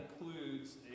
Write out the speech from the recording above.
includes